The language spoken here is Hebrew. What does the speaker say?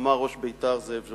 אמר ראש בית"ר זאב ז'בוטינסקי: